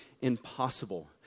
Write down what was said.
impossible